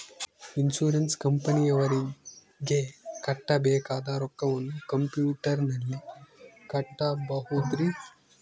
Insurance ಕಂಪನಿಯವರಿಗೆ ಕಟ್ಟಬೇಕಾದ ರೊಕ್ಕವನ್ನು ಕಂಪ್ಯೂಟರನಲ್ಲಿ ಕಟ್ಟಬಹುದ್ರಿ?